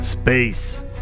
Space